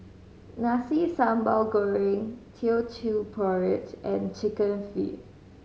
Nasi Sambal Goreng Teochew Porridge and Chicken Feet